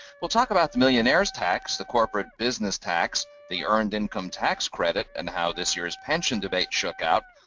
we'll talk about the millionaire's tax, the corporate business tax, the earned income tax credit and how this year's pension debate shook out,